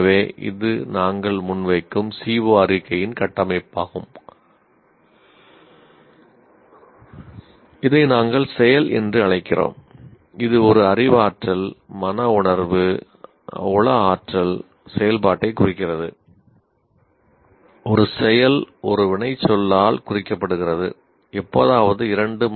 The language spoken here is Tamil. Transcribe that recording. எனவே இது நாங்கள் முன்வைக்கும் CO அறிக்கையின் கட்டமைப்பாகும் இதை நாங்கள் "செயல்" என்று அழைக்கிறோம் இது ஒரு அறிவாற்றல் மன உணர்வு தொடங்க வேண்டும்